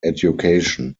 education